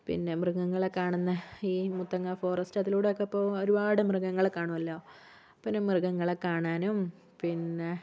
പിന്നെ മൃഗങ്ങളെ കാണുന്ന ഈ മുത്തങ്ങാ ഫോറസ്റ്റ് അതിലൂടെയൊക്കെയിപ്പോൾ ഒരുപാട് മൃഗങ്ങളെ കാണുമല്ലോ പിന്നെ മൃഗങ്ങളെ കാണാനും പിന്നെ